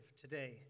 today